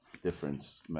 difference